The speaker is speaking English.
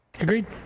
agreed